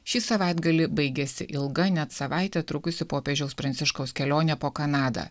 šį savaitgalį baigėsi ilga net savaitę trukusi popiežiaus pranciškaus kelionė po kanadą